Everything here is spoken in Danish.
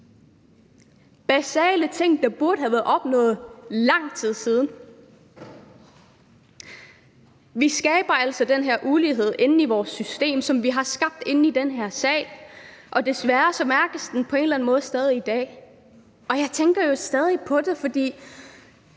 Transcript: basale ting, der burde have været opnået for lang tid siden? Kl. 20:42 Vi skaber altså den her ulighed inde i vores system, som vi har skabt inde i den her sal, og desværre mærkes den på en eller anden måde stadig i dag, og jeg tænker stadig på det, for